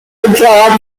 entrada